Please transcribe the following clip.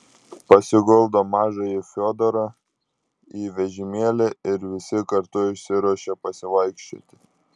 pasiguldo mažąjį fiodorą į vežimėlį ir visi kartu išsiruošia pasivaikščioti